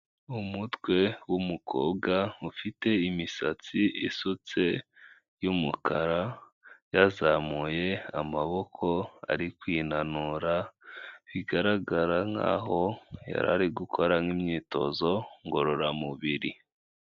Umutwe w'umukobwa ufite imisatsi isutse y'umukara yazamuye amaboko ari kwinanura bigaragara nk'aho yari ari gukora nk'imyitozo ngororamubiri.